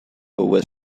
was